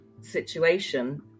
situation